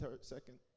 second